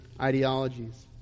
ideologies